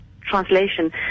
translation